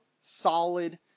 solid